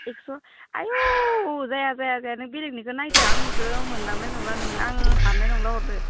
एक्स आयौ जाया जाया जाया नों बेलेगनिखो नायदो आंनिखो मोनलांनाय नंला नोङो आं हानाय नंला हरदो